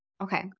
Okay